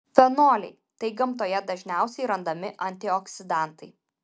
fenoliai tai gamtoje dažniausiai randami antioksidantai